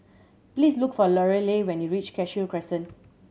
please look for Lorelai when you reach Cashew Crescent